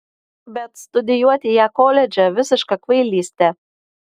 bet studijuoti ją koledže visiška kvailystė